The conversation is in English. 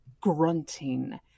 grunting